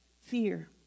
fear